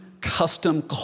custom